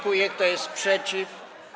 Kto jest przeciw?